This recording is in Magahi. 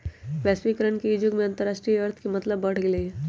वैश्वीकरण के इ जुग में अंतरराष्ट्रीय अर्थ के महत्व बढ़ गेल हइ